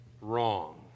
wrong